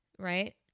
right